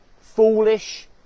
foolish